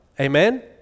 Amen